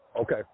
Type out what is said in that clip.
okay